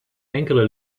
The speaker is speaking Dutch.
enkele